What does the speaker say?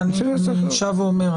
אני שב ואומר,